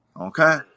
Okay